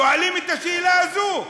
שואלים את השאלה הזו.